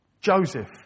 Joseph